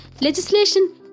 legislation